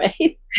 right